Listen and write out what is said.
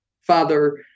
father